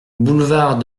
boulevard